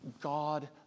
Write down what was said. God